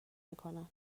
میکنند